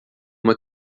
uma